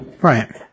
Right